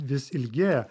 vis ilgėja